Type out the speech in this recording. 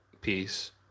peace